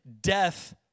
death